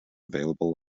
available